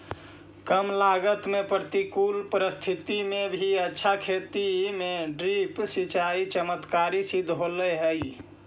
कम लागत में प्रतिकूल परिस्थिति में भी अच्छा खेती में ड्रिप सिंचाई चमत्कारी सिद्ध होल हइ